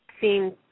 seem